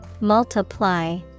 Multiply